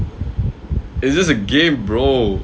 it's just a game bro